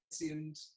and-